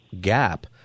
gap